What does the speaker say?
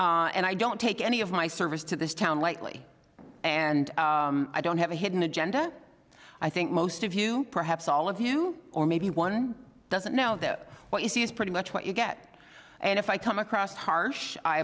committees and i don't take any of my service to this town lightly and i don't have a hidden agenda i think most of you perhaps all of you or maybe one doesn't know that what you see is pretty much what you get and if i come across harsh i